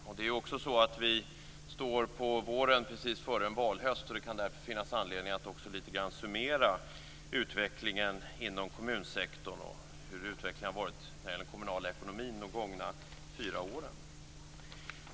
Vi befinner oss också på våren före en valhöst, och det kan därför finnas anledning att litet grand summera utvecklingen inom kommunsektorn och hur utvecklingen har varit när det gäller den kommunala ekonomin under de gångna fyra åren.